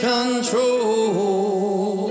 control